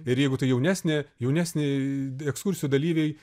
ir jeigu tai jaunesnė jaunesni ekskursijų dalyviai